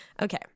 Okay